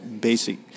basic